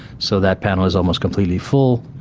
so that panel is almost completely full,